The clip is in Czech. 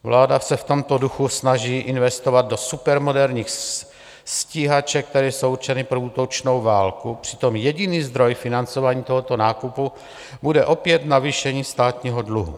Vláda se v tomto duchu snaží investovat do supermoderních stíhaček, které jsou určeny pro útočnou válku, přitom jediný zdroj financování tohoto nákupu bude opět navýšení státního dluhu.